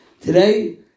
Today